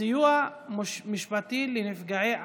(סיוע משפטי לנפגעי עבירות),